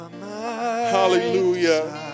Hallelujah